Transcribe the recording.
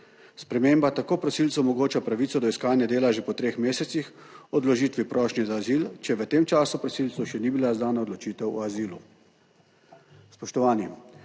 Sprememba tako prosilcu omogoča pravico do iskanja dela že po 3 mesecih odložitvi prošnje za azil, če v tem času prosilcu še ni bila izdana odločitev o azilu.